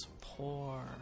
poor